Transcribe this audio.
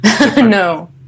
No